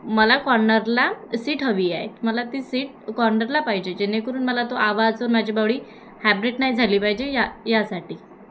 मला कॉर्नरला सीट हवी आहे मला ती सीट कॉर्नरला पाहिजे जेणेकरून मला तो आवाज माझी बॉडी हॅब्रीट नाही झाली पाहिजे या यासाठी